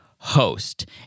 Host